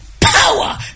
power